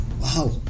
Wow